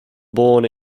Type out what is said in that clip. born